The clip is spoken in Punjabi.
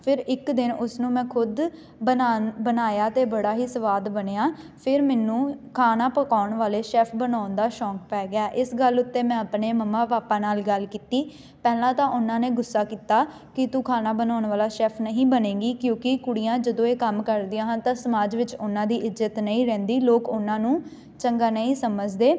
ਫਿਰ ਇੱਕ ਦਿਨ ਉਸ ਨੂੰ ਮੈਂ ਖੁਦ ਬਣਾਉਣ ਬਣਾਇਆ ਅਤੇ ਬੜਾ ਹੀ ਸਵਾਦ ਬਣਿਆ ਫਿਰ ਮੈਨੂੰ ਖਾਣਾ ਪਕਾਉਣ ਵਾਲੇ ਸ਼ੈਫ ਬਣਾਉਣ ਦਾ ਸ਼ੌਕ ਪੈ ਗਿਆ ਇਸ ਗੱਲ ਉੱਤੇ ਮੈਂ ਆਪਣੇ ਮੰਮਾ ਪਾਪਾ ਨਾਲ ਗੱਲ ਕੀਤੀ ਪਹਿਲਾਂ ਤਾਂ ਉਹਨਾਂ ਨੇ ਗੁੱਸਾ ਕੀਤਾ ਕਿ ਤੂੰ ਖਾਣਾ ਬਣਾਉਣ ਵਾਲਾ ਸ਼ੈਫ ਨਹੀਂ ਬਣੇਗੀ ਕਿਉਂਕਿ ਕੁੜੀਆਂ ਜਦੋਂ ਇਹ ਕੰਮ ਕਰਦੀਆਂ ਹਨ ਤਾਂ ਸਮਾਜ ਵਿੱਚ ਉਹਨਾਂ ਦੀ ਇੱਜ਼ਤ ਨਹੀਂ ਰਹਿੰਦੀ ਲੋਕ ਉਹਨਾਂ ਨੂੰ ਚੰਗਾ ਨਹੀਂ ਸਮਝਦੇ